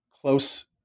close